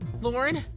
Lauren